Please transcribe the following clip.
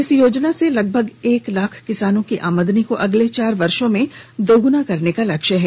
इस योजना से लगभग एक लाख किसानों की आमदनी को अगले चार वर्षों में दोगुना करने का लक्ष्य है